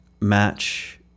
match